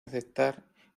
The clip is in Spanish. aceptar